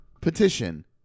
petition